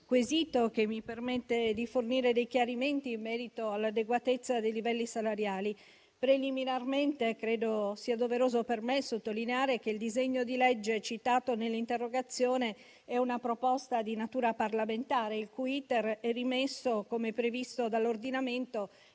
che mi permette di fornire dei chiarimenti in merito all'adeguatezza dei livelli salariali. Preliminarmente, credo sia doveroso per me sottolineare che il disegno di legge citato nell'interrogazione è una proposta di natura parlamentare, il cui *iter* è rimesso, come previsto dall'ordinamento,